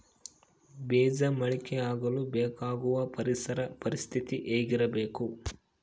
ಬೇಜ ಮೊಳಕೆಯಾಗಲು ಬೇಕಾಗುವ ಪರಿಸರ ಪರಿಸ್ಥಿತಿ ಹೇಗಿರಬೇಕು?